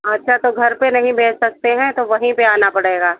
अच्छा तो घर पर नहीं भेज सकते हैं तो वहीं पर आना पड़ेगा